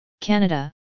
Canada